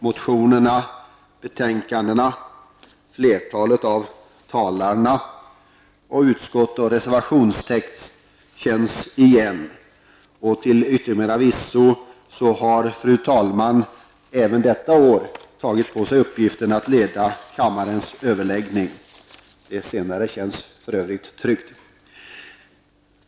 Motionerna, betänkandena, flertalet av talarna liksom utskotts och reservationstexterna känns igen. Till yttermera visso har fru talmannen även detta år tagit på sig uppgiften att leda kammarens överläggning. Det känns för övrigt tryggt.